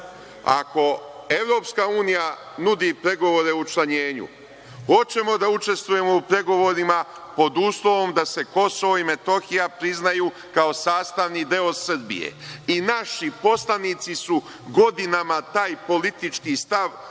ako EU nudi pregovore o učlanjenju, hoćemo da učestvujemo u pregovorima pod uslovom da se KiM prizna kao sastavni deo Srbije i naši poslanici su godinama taj politički stav ponavljali